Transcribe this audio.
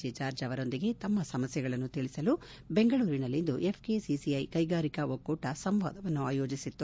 J George ಅವರೊಂದಿಗೆ ತಮ್ಮ ಸಮಸ್ಥೆಗಳನ್ನು ತಿಳಿಸಲು ಬೆಂಗಳೂರಿನಲ್ಲಿಂದು ಎಫ್ಕೆಸಿಸಿಐ ಕೈಗಾರಿಕಾ ಒಕ್ಕೂಟ ಸಂವಾದವನ್ನು ಆಯೋಜಿಸಿತ್ತು